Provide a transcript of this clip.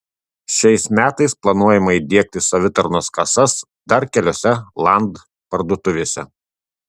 šiais metais planuojama įdiegti savitarnos kasas dar keliose land parduotuvėse